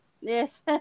Yes